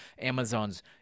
amazon's